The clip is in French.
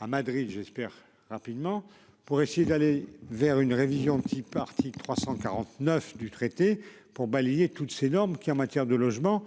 à Madrid j'espère rapidement pour essayer d'aller vers une révision Tea Party 349 du traité pour balayer toutes ces normes qui en matière de logement,